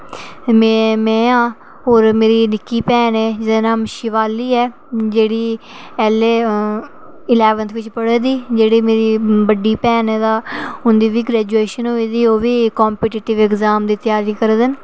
ते में में आं होर मेरी निक्की भैन ऐ जेह्दा नांऽ शिवाली ऐ जेह्ड़ी इलैवंथ बिच पढ़ा दी ते जेह्ड़ी मेरी बड्डी भैन ऐ ते उं'दी बी ग्रेजूएशन होई दी ते ओह्बी कम्पीटेटिव एग्ज़ाम दी त्यारी करा दे न